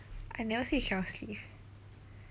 I never say you cannot sleep